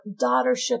daughtership